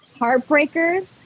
Heartbreakers